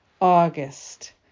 August